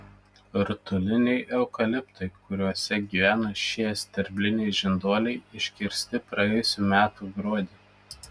rutuliniai eukaliptai kuriuose gyvena šie sterbliniai žinduoliai iškirsti praėjusių metų gruodį